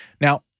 Now